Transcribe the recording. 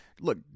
Look